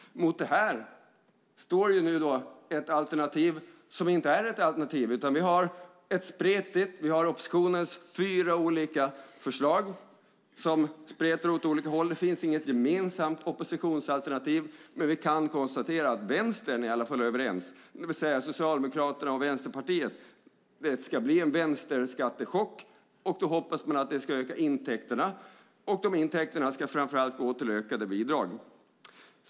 Mot det står nu ett alternativ som inte är ett alternativ. Vi har oppositionens fyra olika förslag som spretar åt olika håll. Det finns inget gemensamt oppositionsalternativ, men vi kan konstatera att vänstern i alla fall är överens, det vill säga Socialdemokraterna och Vänsterpartiet. Det ska bli en vänsterskattechock. Då hoppas man att det ska öka intäkterna, och de intäkterna ska framför allt gå till ökade bidrag.